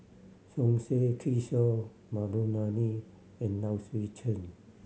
Som Said Kishore Mahbubani and Low Swee Chen